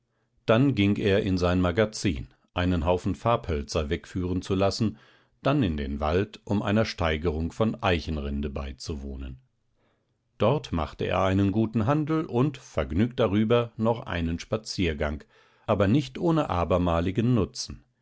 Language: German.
dann ging er in sein magazin einen haufen farbhölzer wegführen zu lassen dann in den wald um einer steigerung von eichenrinde beizuwohnen dort machte er einen guten handel und vergnügt darüber noch einen spaziergang aber nicht ohne abermaligen nutzen